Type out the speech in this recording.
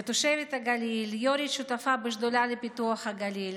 כתושבת הגליל ויו"רית שותפה בשדולה לפיתוח הגליל,